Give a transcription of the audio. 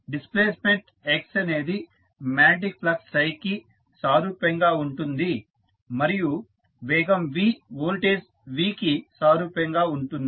displacement x అనేది magnetic flux కి సారూప్యంగా ఉంటుంది మరియు వేగం v వోల్టేజ్ V కి సారూప్యంగా ఉంటుంది